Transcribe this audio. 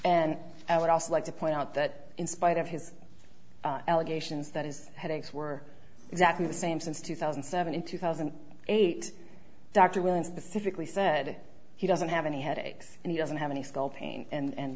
and i would also like to point out that in spite of his allegations that is headaches were exactly the same since two thousand and seven in two thousand and eight dr whelan specifically said he doesn't have any headaches and he doesn't have any skull pain and